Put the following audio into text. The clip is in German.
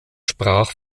sprach